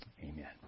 Amen